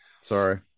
Sorry